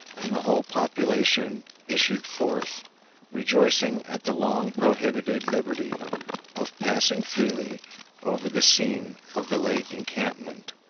and the whole population issued forth rejoicing at the long-prohibited liberty of passing freely over the scene of the late encampment.